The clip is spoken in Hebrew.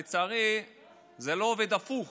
לצערי זה לא עובד הפוך: